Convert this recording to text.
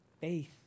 faith